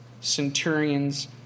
centurions